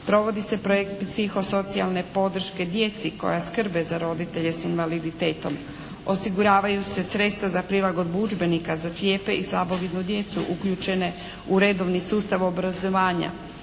Provodi se projekt psiho socijalne podrške djeci koja skrbe za roditelje s invaliditetom, osiguravaju se sredstva za prilagodbu udžbenika za slijepe i slabovidnu djecu uključene u redovni sustav obrazovanja,